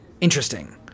interesting